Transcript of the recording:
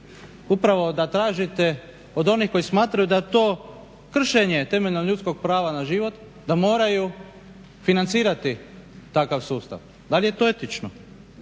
upravo da tražite od onih koji smatraju da to kršenje temeljnog ljudskog prava na život da moraju financirati takav sustav. Da li je to etično?